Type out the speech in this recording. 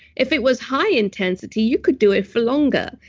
if it was high intensity, you could do it for longer.